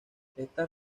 estas